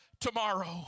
tomorrow